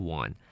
one